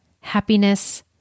happiness